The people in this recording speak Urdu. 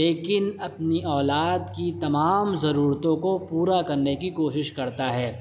لیکن اپنی اولاد کی تمام ضرورتوں کو پورا کرنے کی کوشش کرتا ہے